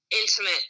intimate